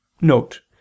Note